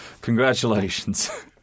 Congratulations